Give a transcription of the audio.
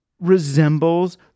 resembles